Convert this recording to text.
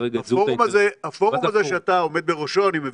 הפורום הזה, שאתה עומד בראשו, אני מבין,